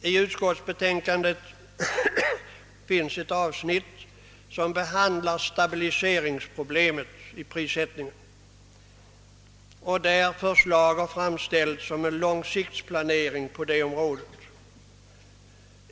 I utskottsutlåtandet finns ett avsnitt som behandlar stabilitetsproblemet i prissättningen, varvid förslag framställs om en långsiktsplanering på området.